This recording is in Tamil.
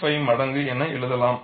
5 மடங்கு என எழுதலாம்